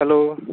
hello